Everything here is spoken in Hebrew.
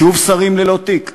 שוב שרים ללא תיק?